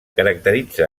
caracteritza